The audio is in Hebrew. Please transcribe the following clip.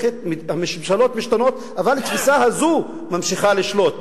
כשהממשלות משתנות אבל התפיסה הזו ממשיכה לשלוט,